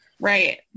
Right